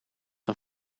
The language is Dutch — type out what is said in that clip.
een